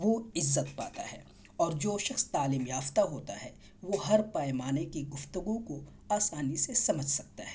وہ عزت پاتا ہے اور جو شخص تعلیم یافتہ ہوتا ہے وہ ہر پایمانے کی گفتگو کو آسانی سے سمجھ سکتا ہے